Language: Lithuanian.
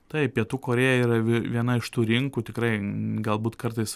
taip pietų korėja yra vie viena iš tų rinkų tikrai galbūt kartais